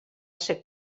ser